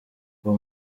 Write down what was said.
uwo